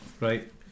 Right